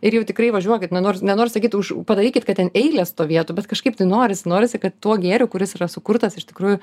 ir jau tikrai važiuokit na nors nenoriu sakyt už padarykit kad ten eilės stovėtų bet kažkaip tai norisi norisi kad tuo gėriu kuris yra sukurtas iš tikrųjų